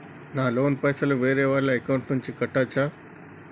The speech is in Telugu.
నా లోన్ పైసలు వేరే వాళ్ల అకౌంట్ నుండి కట్టచ్చా?